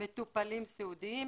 מטופלים סיעודיים.